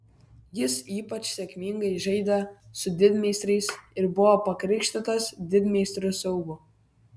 jis ypač sėkmingai žaidė su didmeistriais ir buvo pakrikštytas didmeistrių siaubu